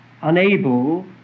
unable